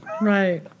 Right